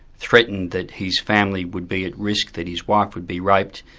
threatened that his family would be at risk, that his wife would be raped,